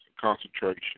concentration